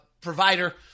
provider